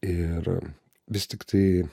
ir vis tik tai